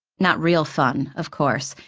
not real fun, of course,